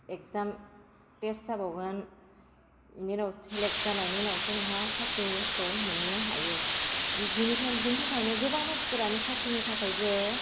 exam test जाबावगोन बेनि उनाव सेलेक्ट जानायनि उनावसो नोंहा साख्रिखौ मोननो हायो बेनिखायनो बेनि थाखायनो गोबां मानसिफोरानो साख्रिनि थाखायबो